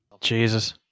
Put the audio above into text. Jesus